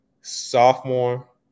sophomore